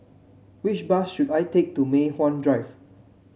which bus should I take to Mei Hwan Drive